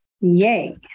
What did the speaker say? Yay